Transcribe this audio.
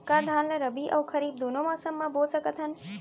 का धान ला रबि अऊ खरीफ दूनो मौसम मा बो सकत हन?